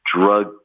drug